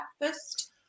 breakfast